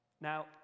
Now